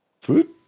food